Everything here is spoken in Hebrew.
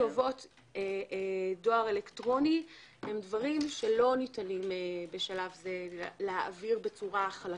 כתובות דואר אלקטרוני הם דברים שלא ניתנים בשלב זה להעביר בצורה חלקה.